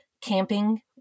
camping